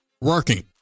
working